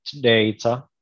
data